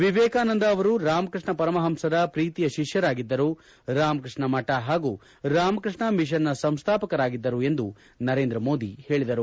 ವಿವೇಕಾನಂದ ಅವರು ರಾಮಕೃಷ್ಣ ಪರಮಹಂಸರ ಪ್ರೀತಿಯ ಶಿಷ್ಠರಾಗಿದ್ದರು ರಾಮಕೃಷ್ಣ ಮಠ ಹಾಗೂ ರಾಮಕೃಷ್ಣ ಮಿಷನ್ನ ಸಂಸ್ಥಾಪಕರಾಗಿದ್ದರು ಎಂದು ನರೇಂದ್ರ ಮೋದಿ ಹೇಳಿದರು